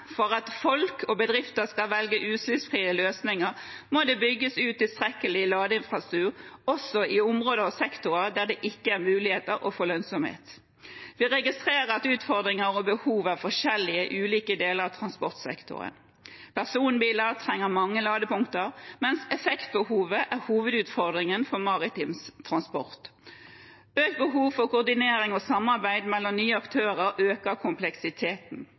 for at folk og bedrifter skal velge utslippsfrie løsninger, må det bygges ut tilstrekkelig ladeinfrastruktur også i områder og sektorer der det ikke er mulig å få lønnsomhet. Vi registrerer at utfordringer og behov er forskjellige i ulike deler av transportsektoren. Personbiler trenger mange ladepunkter, mens effektbehovet er hovedutfordringen for maritim transport. Økt behov for koordinering og samarbeid mellom nye aktører øker kompleksiteten.